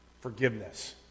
forgiveness